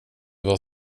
vad